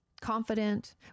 confident